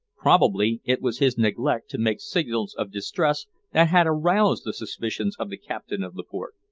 probably it was his neglect to make signals of distress that had aroused the suspicions of the captain of the port.